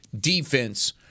defense